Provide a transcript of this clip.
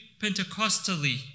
Pentecostally